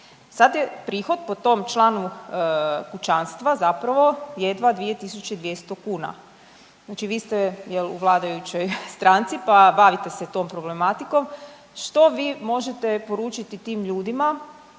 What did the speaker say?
Sad je prihod po tom članu kućanstva zapravo jedva 2200 kuna. Znači vi ste, je li, u vladajućoj stranci pa bavite se tom problematikom. Što vi možete poručiti tim ljudima,